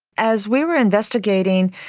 as we were investigating,